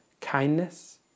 kindness